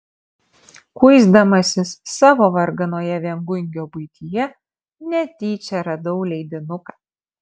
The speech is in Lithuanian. kuisdamasis savo varganoje viengungio buityje netyčia radau leidinuką